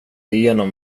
igenom